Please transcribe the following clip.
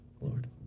Lord